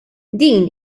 din